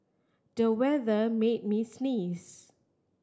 the weather made me sneeze